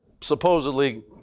supposedly